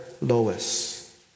Lois